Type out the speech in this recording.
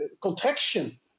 contraction